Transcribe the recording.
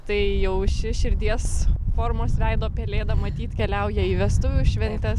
tai jau ši širdies formos veido pelėda matyt keliauja į vestuvių šventes